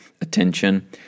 attention